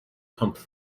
pumped